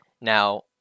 Now